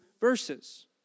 verses